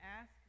ask